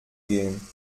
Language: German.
gehen